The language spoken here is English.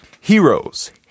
Heroes